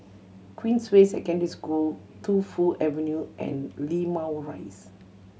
Queensway Secondary School Tu Fu Avenue and Limau Rise